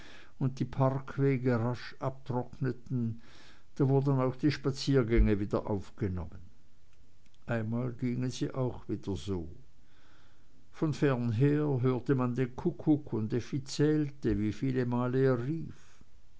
und die parkwege rasch abtrockneten da wurden auch die spaziergänge wieder aufgenommen einmal gingen sie auch wieder so von fernher hörte man den kuckuck und effi zählte wie viele male er rief